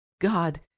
God